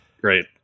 great